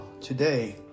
today